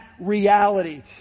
reality